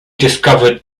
discovered